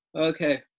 Okay